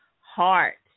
heart